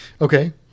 Okay